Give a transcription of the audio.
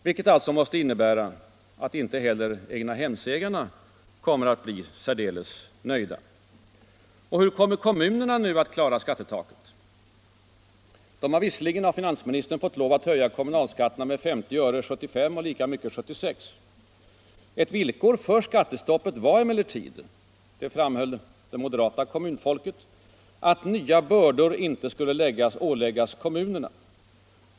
Detta måste innebära att inte heller egnahemsägarna kommer att bli särdeles nöjda. Och hur kommer kommunerna nu att klara skattetaket? De har av finansministern fått löfte om att höja kommunalskatterna med 50 öre 1975 och lika mycket 1976, men ett villkor för skattestoppet var — det framhöll det moderata kommunfolket — att nya bördor inte skulle åläggas kommunerna.